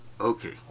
okay